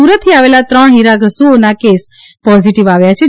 સુરતથી આવેલા ત્રણ ફીરાઘસુઓના કેસ પોઝિટિવ આવ્યા છે